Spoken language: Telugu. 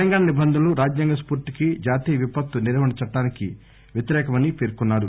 తెలంగాణ నిబంధనలు రాజ్యాంగ స్పూర్తికి జాతీయ విపత్తు నిర్వహణ చట్లానికి వ్యతిరేకమన్నారు